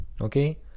Okay